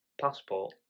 passport